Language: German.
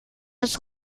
bis